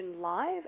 live